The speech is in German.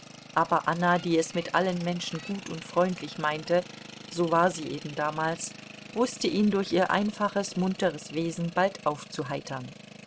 aber anna die es mit allen menschen gut und freundlich meinte so war sie eben damals wußte ihn durch ihr einfaches munteres wesen bald aufzuheitern